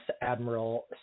Admiral